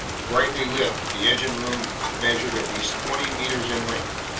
brightly lit, the engine room measured at least twenty meters in length.